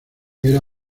era